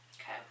Okay